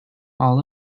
all